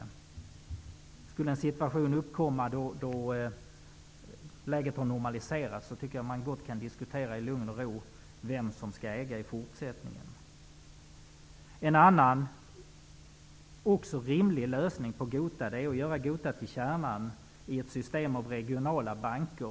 Uppkommer situationen att läget normaliseras tycker jag att man i lugn och ro kan diskutera vem som skall vara ägare i fortsättningen. En annan rimlig lösning är att göra Gota Bank till kärnan i ett system av regionala banker.